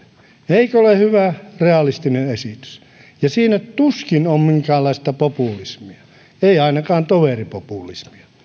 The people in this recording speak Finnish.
eikö ole hyvä realistinen esitys ja siinä tuskin on minkäänlaista populismia ei ainakaan toveripopulismia